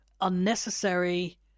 unnecessary